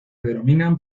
denominan